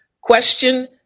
question